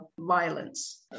violence